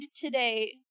today